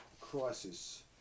crisis